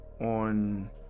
on